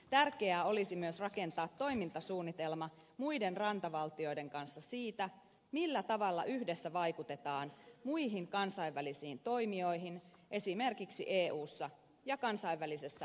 tärkeää olisi myös rakentaa toimintasuunnitelma muiden rantavaltioiden kanssa siitä millä tavalla yhdessä vaikutetaan muihin kansainvälisiin toimijoihin esimerkiksi eussa ja kansainvälisessä merenkulkujärjestössä imossa